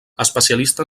especialista